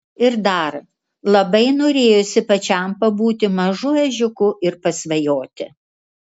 ir dar labai norėjosi pačiam pabūti mažu ežiuku ir pasvajoti